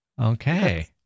Okay